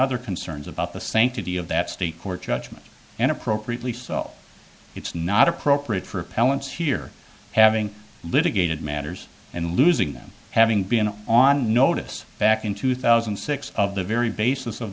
other concerns about the sanctity of that state court judgement and appropriately so it's not appropriate for appellants here having litigated matters and losing them having been on notice back in two thousand and six of the very basis of